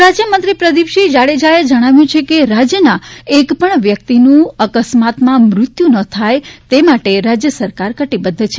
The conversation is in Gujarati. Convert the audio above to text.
ગૃહરાજ્યમંત્રી પ્રદીપસિંહ જાડેજાએ જણાવ્યું છે કે રાજ્યના એક પણ વ્યક્તિનું અકસ્માતમાં મૃત્યુ ન થાય તે માટે રાજ્ય સરકાર કટિબદ્ધ છે